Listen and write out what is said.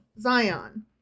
Zion